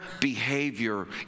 behavior